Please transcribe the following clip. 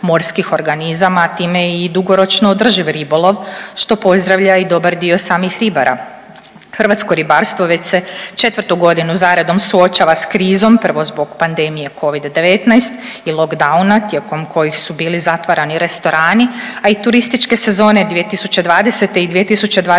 morskih organizama, a time i dugoročno održiv ribolov što pozdravlja i dobar dio samih ribara. Hrvatsko ribarstvo već se četvrtu godinu za redom suočava s krizom prvo zbog pandemije Covid-19 i lockdowna tijekom kojih su bili zatvarani restorani, a i turističke 2020. i 2021.